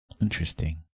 Interesting